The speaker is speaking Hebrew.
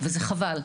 וזה חבל,